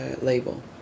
label